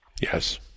Yes